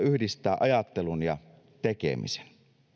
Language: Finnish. yhdistää ajattelun ja tekemisen